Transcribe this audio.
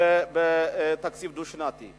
כתקציב דו-שנתי.